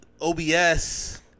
OBS